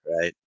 right